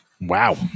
Wow